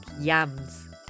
Yams